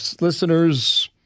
listeners